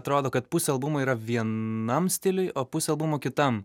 atrodo kad pusė albumo yra vienam stiliui o pusė albumo kitam